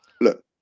look